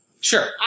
Sure